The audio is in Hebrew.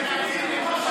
בחדרה אין אקמו.